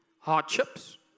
hardships